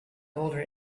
older